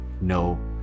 no